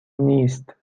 نیست